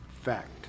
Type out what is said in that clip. fact